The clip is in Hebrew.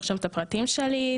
לרשום את הפרטים שלי,